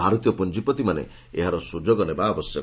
ଭାରତୀୟ ପୁଞ୍ଜିପତିମାନେ ଏହାର ସୁଯୋଗ ନେବା ଆବଶ୍ୟକ